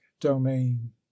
domain